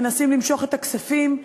מנסים למשוך את הכספים.